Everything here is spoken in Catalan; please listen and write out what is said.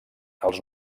els